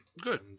Good